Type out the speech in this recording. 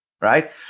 Right